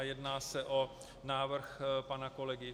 Jedná se o návrh pana kolegy